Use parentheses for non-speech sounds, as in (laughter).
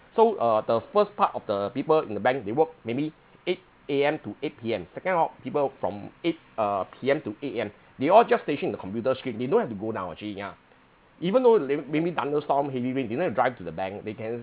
so uh the first part of the people in the bank they work maybe eight A_M to eight P_M second round people from eight uh P_M to eight A_M they all just station in the computer screen they don't have to go down actually ya (breath) even though rain raining thunderstorm heavy rain they don't have to drive to the bank they can